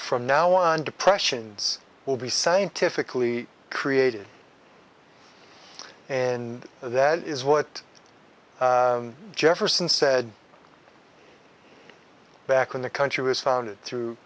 from now on depressions will be scientifically created and that is what jefferson said back in the country was founded through